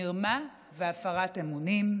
מרמה והפרת אמונים,